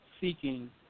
seeking